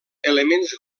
elements